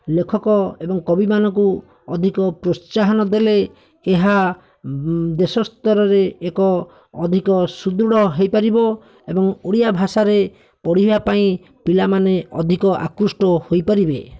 ଲେଖକ ଏବଂ କବିମାନଙ୍କୁ ଅଧିକ ପ୍ରୋତ୍ସାହନ ଦେଲେ ଏହା ଦେଶ ସ୍ତରରେ ଏକ ଅଧିକ ସୁଦୃଢ ହୋଇପାରିବ ଏବଂ ଓଡ଼ିଆ ଭାଷାରେ ପଢ଼ିବା ପାଇଁ ପିଲାମାନେ ଅଧିକ ଆକୃଷ୍ଟ ହୋଇପାରିବେ